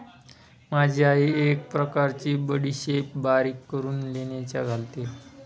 माझी आई एक प्रकारची बडीशेप बारीक करून लोणच्यात घालते